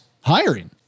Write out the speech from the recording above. hiring